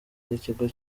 n’ikigo